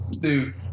Dude